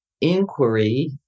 inquiry